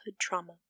trauma